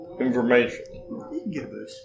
information